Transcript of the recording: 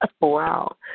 Wow